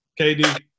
KD